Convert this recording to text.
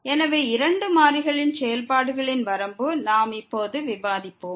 எனவே இரண்டு மாறிகளின் செயல்பாடுகளின் வரம்பு பற்றி நாம் இப்போது விவாதிப்போம்